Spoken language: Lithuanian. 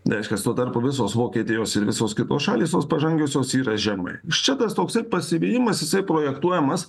reiškias tuo tarpu visos vokietijosir visos kitos šalys tos pažangiosios yra žemai iš čia tas toksai pasivijimas jisai projektuojamas